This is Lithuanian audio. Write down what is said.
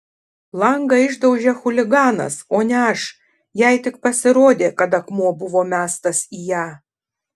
langą išdaužė chuliganas o ne aš jai tik pasirodė kad akmuo buvo mestas į ją